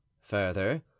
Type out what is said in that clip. further